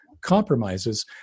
compromises